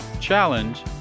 challenge